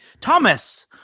Thomas